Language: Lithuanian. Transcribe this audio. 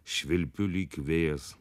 švilpiu lyg vėjas